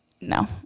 no